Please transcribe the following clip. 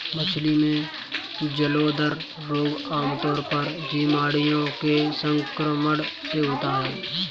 मछली में जलोदर रोग आमतौर पर जीवाणुओं के संक्रमण से होता है